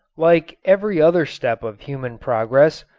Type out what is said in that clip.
like every other step of human progress,